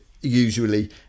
usually